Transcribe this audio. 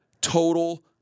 total